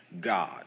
God